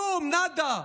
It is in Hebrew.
כלום, נאדה.